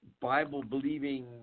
Bible-believing